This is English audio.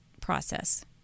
process